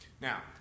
Now